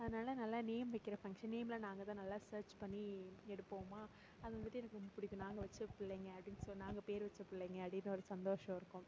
அதனால் நல்ல நேம் வைக்கிற ஃபங்க்ஷன் நேம்லாம் நாங்கள் தான் நல்ல ஸர்ச் பண்ணி எடுப்போமா அது வந்துட்டு எனக்கு ரொம்ப பிடிக்கும் நாங்கள் வச்ச பிள்ளைங்க அப்படின்னு சொல்லி நாங்கள் பேர் வச்ச பிள்ளைங்க அப்படின்னு ஒரு சந்தோஷம் இருக்கும்